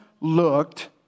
looked